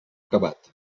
acabat